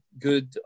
good